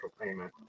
payment